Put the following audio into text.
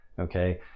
okay